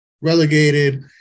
relegated